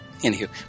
Anywho